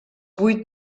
vuit